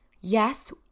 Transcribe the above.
Yes